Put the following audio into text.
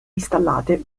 installate